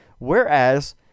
Whereas